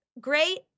great